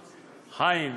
חיים,